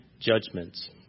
judgments